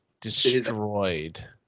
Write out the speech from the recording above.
destroyed